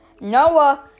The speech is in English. Noah